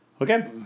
Okay